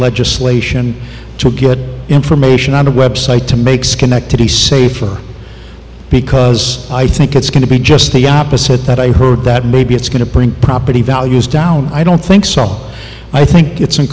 legislation to get information on the website to make schenectady safer because i think it's going to be just the opposite that i heard that maybe it's going to bring property values down i don't think so i think it's